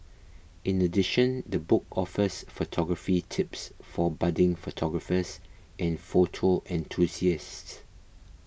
in addition the book offers photography tips for budding photographers and photo enthusiasts